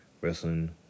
Wrestling